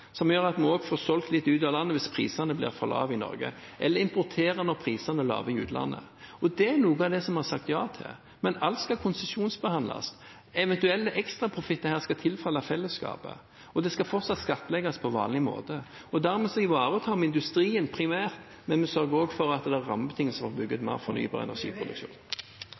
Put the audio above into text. som gjør at de får solgt litt ut av landet hvis prisene blir for lave i Norge, eller importere når prisene er lave i utlandet. Det er noe av det vi har sagt ja til, men alt skal konsesjonsbehandles. Eventuell ekstraprofitt av dette skal tilfalle fellesskapet, og det skal fortsatt skattlegges på vanlig måte. Dermed ivaretar vi industrien primært, men vi sørger også for at det er rammebetingelser for å bygge ut mer fornybar